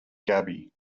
gaby